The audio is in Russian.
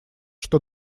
что